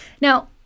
Now